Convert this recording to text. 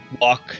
walk